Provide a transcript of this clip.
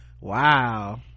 wow